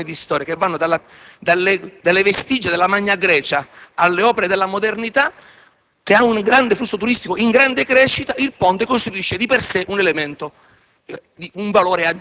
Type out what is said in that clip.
2.500 anni di storia, che vanno dalle vestigia della Magna Grecia alle opere della modernità, che registra un flusso turistico in grande crescita, il Ponte costituisce di per sé un valore